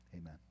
Amen